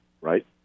right